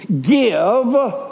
give